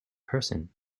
person